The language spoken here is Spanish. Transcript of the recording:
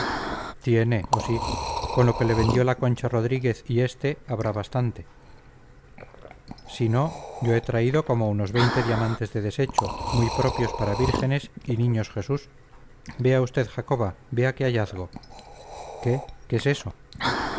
tiene oh sí con lo que le vendió la concha rodríguez y este habrá bastante si no yo he traído como unos veinte diamantes de desecho muy propios para vírgenes y niños jesús vea usted jacoba vea qué hallazgo qué qué es eso